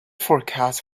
forecast